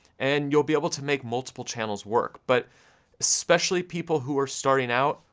and you'll be able to make multiple channels work, but especially people who are starting out,